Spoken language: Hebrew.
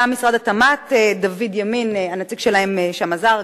גם משרד התמ"ת, דוד ימין, הנציג שלהם שם, עזר.